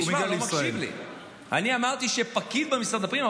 איזה תייר קונה מכונית כשהוא מגיע לישראל?